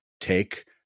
take